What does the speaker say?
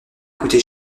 coûté